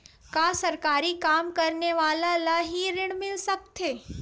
का सरकारी काम करने वाले ल हि ऋण मिल सकथे?